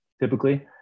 Typically